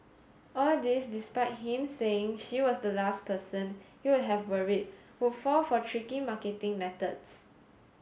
all this despite him saying she was the last person he would have worried would fall for tricky marketing methods